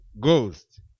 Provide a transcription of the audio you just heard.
Ghost